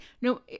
no